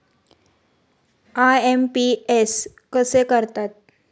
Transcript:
IMPS कसे करतात?